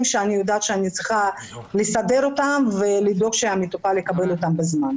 שאני יודעת שאני צריכה לסדר אותם ולדאוג שהמטופל יקבל אותם בזמן.